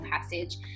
passage